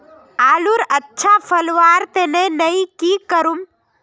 आलूर अच्छा फलवार तने नई की करूम?